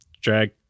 drag